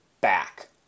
back